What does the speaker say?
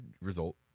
result